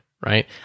right